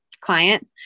client